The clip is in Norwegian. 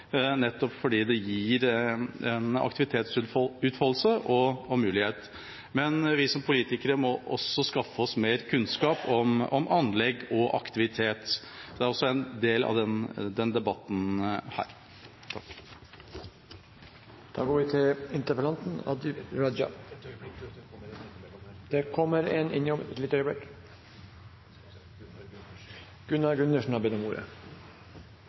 nettopp fordi det gir en mulighet til aktivitetsutfoldelse. Men vi som politikere må også skaffe oss mer kunnskap om anlegg og aktivitet. Det er også en del av denne debatten. Som gammel svømmer måtte jeg si lite grann i debatten. Jeg gir ros til Raja for å dra opp en